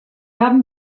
haben